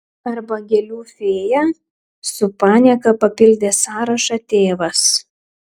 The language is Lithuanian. arba gėlių fėja su panieka papildė sąrašą tėvas